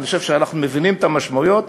אני חושב שאנחנו מבינים את המשמעויות.